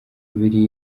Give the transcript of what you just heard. abiri